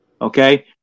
Okay